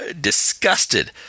disgusted